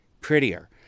prettier